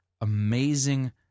amazing